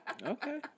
Okay